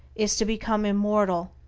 is to become immortal,